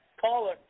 Caller